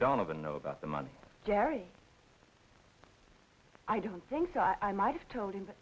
donovan know about the money gary i don't think i might have told him but